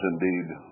indeed